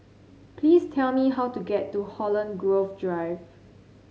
please tell me how to get to Holland Grove Drive